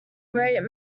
great